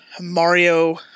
Mario